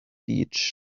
beach